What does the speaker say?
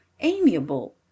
amiable